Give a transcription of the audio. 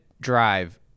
drive